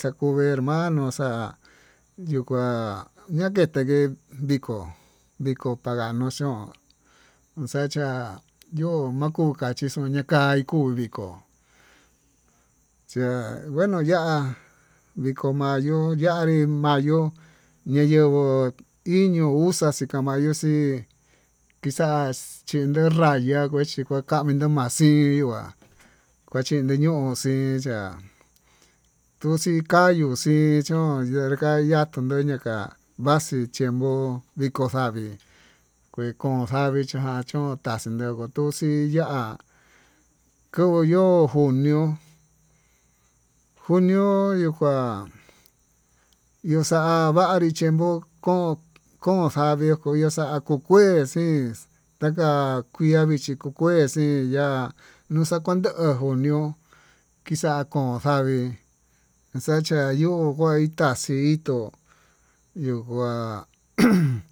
xakuu hermano xa'a yakete teke'e viko viko panga nu chón nuxacha'a yo'o makuu ka ñaka kuu vikó, chie ngueno ya'a viko manyu yanrí amyo nayenguó iño uxa xika mayó xii kixa'a xhini raya he xhima'a kuii niu ma'a xii ma'a kuachiniñu xii ya'á tuxi kayuu xi, chun yenré yaya tendeye ka'a maxii chenguu viko xavii kue kun xavii tachón xaxhí menguo tuxii ya'á kovo'o yo'o junió, junio yuu kuá kuxavarí chenguó ko'o kon xavii kuyo'o xakuu kuue xix taka kuii iha vichí kué xii iya'a kuexa'a kuandó junió, kixa'a kon xavii xacha yuu kuai taxii itó yuu kuá uumm.